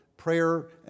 Prayer